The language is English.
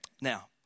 now